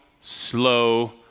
slow